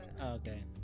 Okay